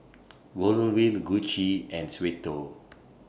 Golden Wheel Gucci and Suavecito